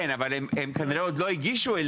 כן, אבל כנראה הם עוד לא הגישו לנו.